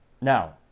Now